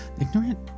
ignorant